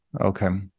okay